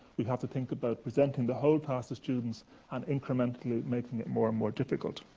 we have to think about presenting the whole task to students and incrementally making it more and more difficult.